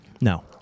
No